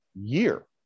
year